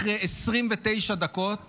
אחרי 29 דקות